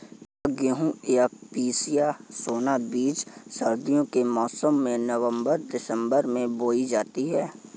क्या गेहूँ या पिसिया सोना बीज सर्दियों के मौसम में नवम्बर दिसम्बर में बोई जाती है?